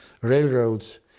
railroads